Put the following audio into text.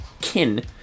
kin